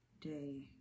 day